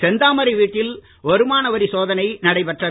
செந்தாமரை வீட்டில் வருமான வரி சோதனை நடைபெற்றது